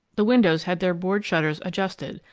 the windows had their board shutters adjusted,